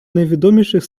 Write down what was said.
найвідоміших